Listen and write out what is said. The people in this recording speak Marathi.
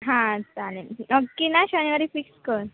हां चालेल नक्की ना शनिवारी फिक्स कर